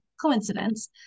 coincidence